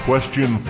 Question